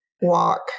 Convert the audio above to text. walk